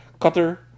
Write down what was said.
cutter